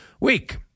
Week